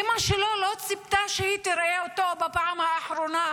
אימא שלו לא ציפתה שהיא תראה אותו בפעם האחרונה.